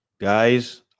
Guys